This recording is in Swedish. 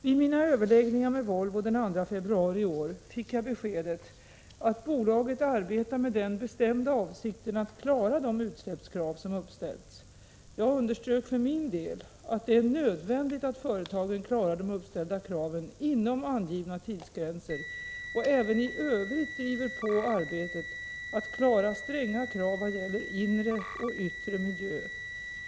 Vid mina överläggningar med Volvo den 2 februari i år fick jag beskedet att bolaget arbetar med den bestämda avsikten att klara de utsläppskrav som uppställts. Jag underströk för min del att det är nödvändigt att företagen klarar de uppställda kraven inom angivna tidsgränser och även i övrigt driver på arbetet att klara stränga krav vad gäller inre och yttre miljö.